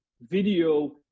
video